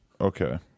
Okay